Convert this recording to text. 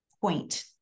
point